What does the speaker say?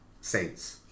Saints